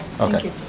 Okay